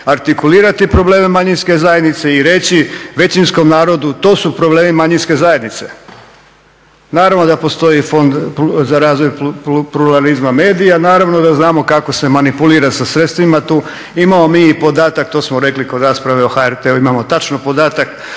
artikulirati probleme manjinske zajednice i reći većinskom narodu to su problemi manjinske zajednice. Naravno da postoji Fond za razvoj pluralizma medija, naravno da znamo kako se manipulira sa sredstvima tu. Imamo mi i podatak to smo rekli kod rasprave o HRT-u, imamo tačno podatak